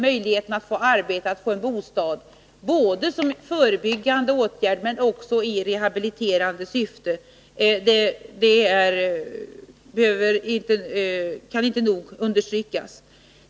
möjligheterna att få arbete och bostad — både som förebyggande åtgärd och i rehabiliterande syfte. Detta kan inte nog understrykas.